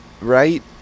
right